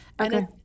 Okay